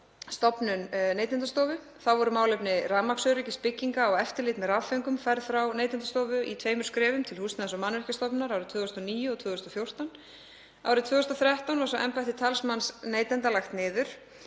stofnun Neytendastofu voru málefni rafmagnsöryggis bygginga og eftirlit með rafföngum færð frá Neytendastofu í tveimur skrefum til Húsnæðis- og mannvirkjastofnunar árið 2009 og 2014. Árið 2013 var svo embætti talsmanns neytenda lagt niður.